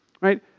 Right